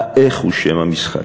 ה"איך" הוא שם המשחק.